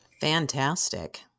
Fantastic